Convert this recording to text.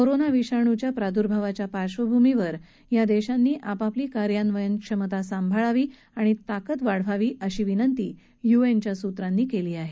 corona विषाणूच्या प्रभावाच्या पार्बभूमीवर या देशांनी आपापली कार्यान्वयन क्षमता साभाळावी आणि ताकद वाढवावी अशी विनंती युएनच्या सूत्रांनी केली आहे